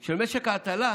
של משק ההטלה,